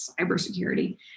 cybersecurity